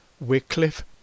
Wycliffe